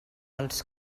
als